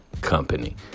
company